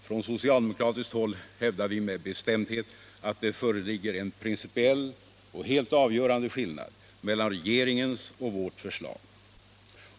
Från socialdemokratiskt håll hävdar vi med bestämdhet att det föreligger en principiell och helt avgörande skillnad mellan regeringens och vårt förslag.